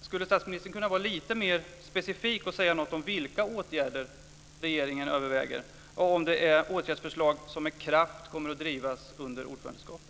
Skulle statsministern kunna vara lite mer specifik och säga något om vilka åtgärder regeringen överväger och om det är åtgärdsförslag som med kraft kommer att drivas under ordförandeskapet?